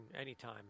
anytime